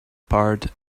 part